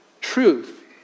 truth